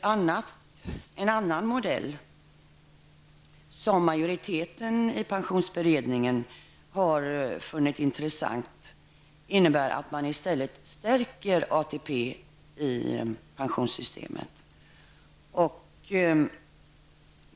En annan modell, som majoriteten i pensionsberedningen har funnit intressant, innebär att man i stället stärker ATP i pensionssystemet.